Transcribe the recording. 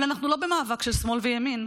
אבל אנחנו לא במאבק של שמאל וימין,